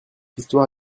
histoire